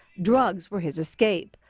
drugs were his escape.